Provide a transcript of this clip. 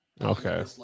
Okay